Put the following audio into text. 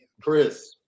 Chris